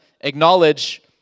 acknowledge